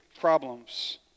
problems